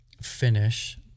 finish